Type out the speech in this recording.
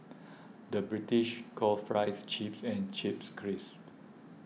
the British calls Fries Chips and Chips Crisps